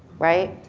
right?